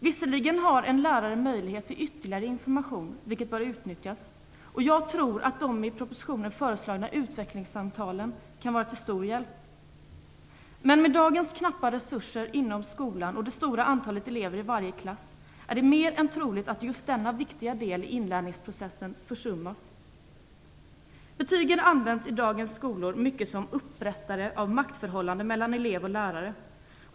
Visserligen har en lärare möjlighet att ge ytterligare information, vilket bör utnyttjas. Jag tror att de i propositionen föreslagna utvecklingssamtalen kan vara till stor hjälp. Men med dagens knappa resurser inom skolan och det stora antalet elever i varje klass är det mer än troligt att just denna viktiga del i inlärningsprocessen försummas. Betygen används i dagens skolor mycket som upprättare av maktförhållanden mellan elever och lärare.